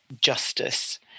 justice